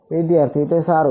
વિદ્યાર્થી તે સારું છે